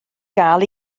gael